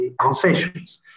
concessions